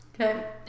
Okay